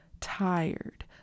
tired